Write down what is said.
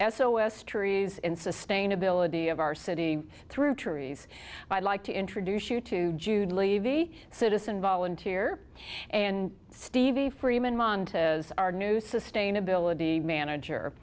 s trees and sustainability of our city through trees i'd like to introduce you to jude levy citizen volunteer and stevie freeman mond as our new sustainability manager